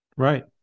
Right